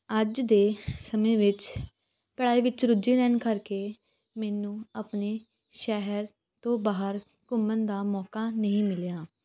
ਅੱਜ ਦੇ ਸਮੇਂ ਵਿੱਚ ਪੜ੍ਹਾਈ ਵਿੱਚ ਰੁੱਝੇ ਰਹਿਣ ਕਰਕੇ ਮੈਨੂੰ ਆਪਣੇ ਸ਼ਹਿਰ ਤੋਂ ਬਾਹਰ ਘੁੰਮਣ ਦਾ ਮੌਕਾ ਨਹੀਂ ਮਿਲਿਆ